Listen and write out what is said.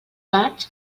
maig